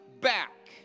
back